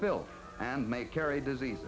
filth and may carry disease